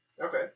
Okay